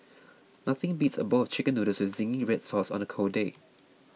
nothing beats a bowl of Chicken Noodles with Zingy Red Sauce on a cold day